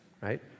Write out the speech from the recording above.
right